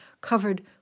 covered